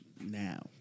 Now